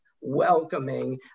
welcoming